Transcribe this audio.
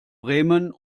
bremen